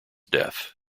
death